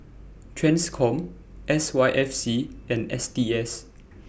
TRANSCOM S Y F C and S T S